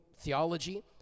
theology